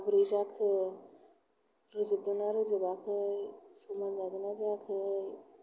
माब्रै जाखो रोजोबदों ना रोजोबाखै समान जादों ना जायाखै